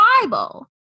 Bible